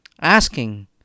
asking